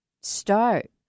Start